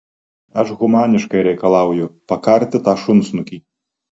aš humaniškai reikalauju pakarti tą šunsnukį